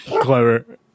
clever